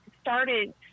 started